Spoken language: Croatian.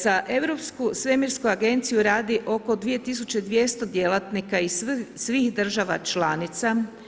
Za Europsku svemirsku agenciju radi oko 2200 djelatnika iz svih država članica.